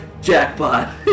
jackpot